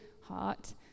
heart